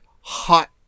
hot